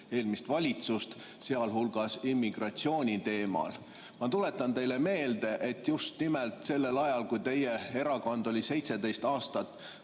eelmist valitsust, sh immigratsiooni teemal. Ma tuletan teile meelde, et just nimelt sellel ajal, kui teie erakond oli 17 aastat